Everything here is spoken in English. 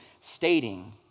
stating